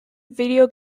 video